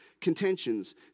contentions